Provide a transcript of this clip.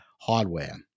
hardware